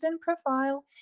profile